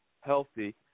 healthy –